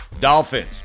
Dolphins